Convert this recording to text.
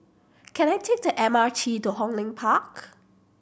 can I take the M R T to Hong Lim Park